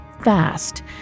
fast